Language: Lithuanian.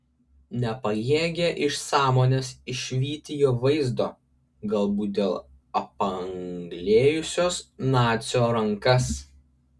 nepajėgė iš sąmonės išvyti jo vaizdo galbūt dėl apanglėjusios nacio rankas